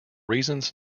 reasons